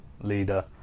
leader